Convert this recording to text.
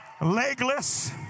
legless